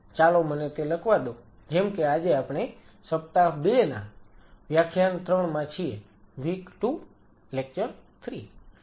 તેથી ચાલો મને તે લખવા દો જેમ કે આજે આપણે સપ્તાહ 2 ના વ્યાખ્યાન 3 માં છીએ W2 L3